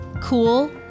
cool